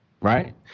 Right